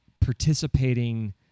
participating